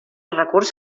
recurs